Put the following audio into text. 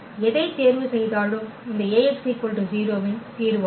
எதைத் தேர்வு செய்தாலும் இந்த அச்சு Ax 0 இன் தீர்வாகும்